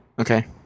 Okay